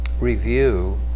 review